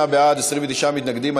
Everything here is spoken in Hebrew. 38 בעד, 29 מתנגדים.